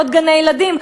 עוד גני-ילדים?